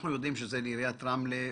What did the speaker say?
אנחנו יודעים שזה לעיריית רמלה ויהוד.